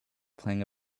playing